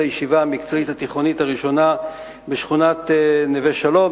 הישיבה המקצועית התיכונית הראשונה בשכונת נווה-שלום,